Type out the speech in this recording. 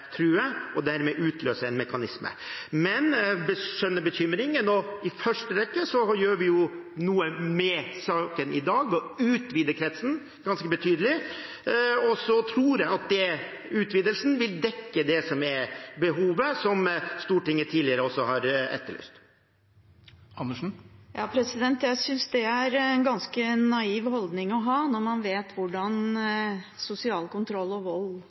true og dermed utløse en mekanisme. Men jeg skjønner bekymringen, og i første omgang gjør vi noe med saken i dag ved å utvide kretsen ganske betydelig. Jeg tror at utvidelsen vil dekke behovet, som også Stortinget tidligere har etterlyst. Jeg synes det er en ganske naiv holdning å ha når man vet hvordan sosial kontroll og vold